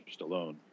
Stallone